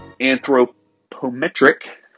anthropometric